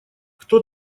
кто